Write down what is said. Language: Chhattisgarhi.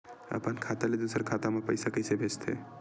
अपन खाता ले दुसर के खाता मा पईसा कइसे भेजथे?